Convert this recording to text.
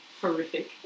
horrific